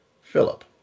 Philip